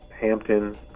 Hampton